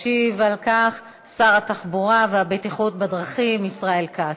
ישיב על כך שר התחבורה והבטיחות בדרכים ישראל כץ.